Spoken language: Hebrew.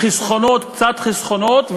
קצת חסכונות,